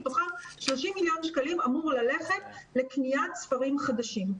מתוכם 30 מיליון שקלים אמורים ללכת לקניית ספרים חדשים.